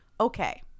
Okay